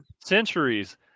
Centuries